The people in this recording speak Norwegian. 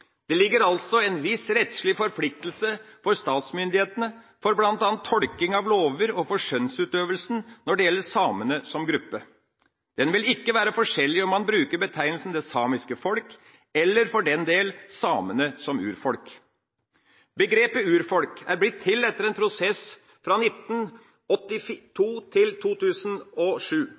Det ligger altså en viss rettslig forpliktelse for statsmyndighetene for bl.a. tolking av lover og for skjønnsutøvelsen når det gjelder samene som gruppe. Den vil ikke være forskjellig om man bruker betegnelsen «det samiske folk» eller for den del «samene som urfolk». Begrepet «urfolk» er blitt til etter en prosess fra 1982 til 2007